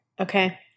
Okay